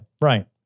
Right